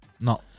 no